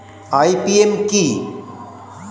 IPM কি?